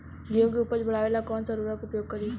गेहूँ के उपज बढ़ावेला कौन सा उर्वरक उपयोग करीं?